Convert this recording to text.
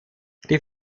die